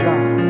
God